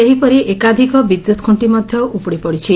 ସେହିପରି ଏକାଧିକ ବିଦ୍ୟୁତ୍ଖୁଣ୍ଣ ମଧ୍ୟ ଉପୁଡ଼ି ପଡ଼ିଛି